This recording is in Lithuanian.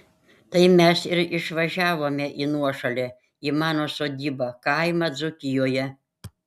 tai mes ir išvažiavome į nuošalę į mano sodybą kaimą dzūkijoje